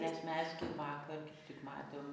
nes mes gi vakar matėm